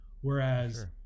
Whereas